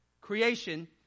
Creation